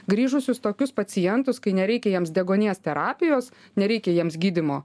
grįžusius tokius pacientus kai nereikia jiems deguonies terapijos nereikia jiems gydymo